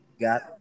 Got